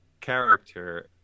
character